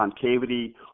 concavity